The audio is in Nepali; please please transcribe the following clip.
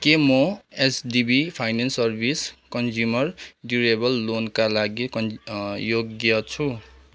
के म HDB finance service consumer durable लोनका लागि योग्य छु